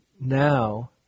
now